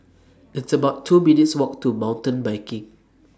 It's about two minutes' Walk to Mountain Biking